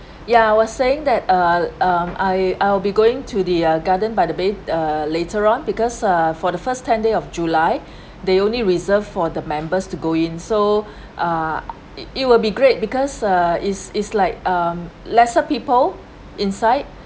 ya we're saying that uh uh I I'll be going to the ah garden by the bay uh later on because uh for the first ten days of july they only reserved for the members to go in so uh it it will be great because uh is is like um lesser people inside